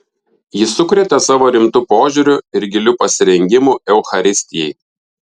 ji sukrėtė savo rimtu požiūriu ir giliu pasirengimu eucharistijai